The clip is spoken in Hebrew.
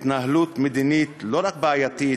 בהתנהלות מדינית לא רק בעייתית,